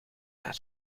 naar